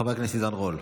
חבר הכנסת עידן רול,